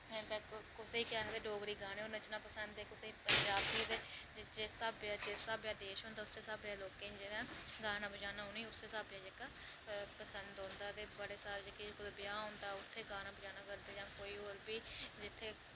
कुसै गी केह् आखदे डोगरी गाने पर नच्चना पसंद ऐ कुसेगी पंजाबी ते जिस हिसावे दा देश होंदा उस्सै हिसाबे दा उनेगी गाना बजाना जेह्का ओह् पसंद औंदे ते बड़े सारे जेह्के ब्याह् होंदा उत्थें गाना बजाना करदे जां होर उत्थें बी